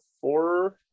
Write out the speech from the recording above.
four